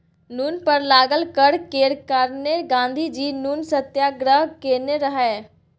नुन पर लागल कर केर कारणेँ गाँधीजी नुन सत्याग्रह केने रहय